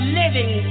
living